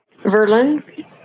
Verlin